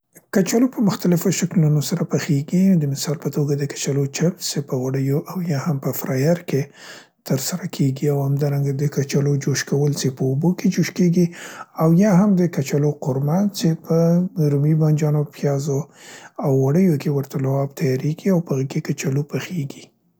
کچالو په مختلفو شکلونو سره پخیګي د مثال په توګه د کچالیو چپس څې معمولاً په غوړیو یا په فرایر کې ترسره کیګي او همدارنګه د کچالو جوش کول څې په اوبو کې جوش کیګي او یا هم د کچالیو قورمه څې په رومي بانجانو، پیازو او غوړیو کې ورته لعاب تیاریګي او په هغه کې کچالو پخیګي.